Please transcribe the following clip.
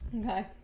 Okay